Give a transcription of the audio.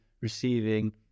receiving